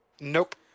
Nope